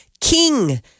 king